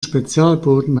spezialboden